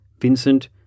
Vincent